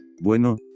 Bueno